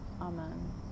Amen